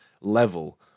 level